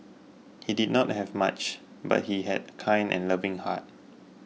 he did not have much but he had a kind and loving heart